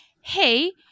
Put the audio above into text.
hey-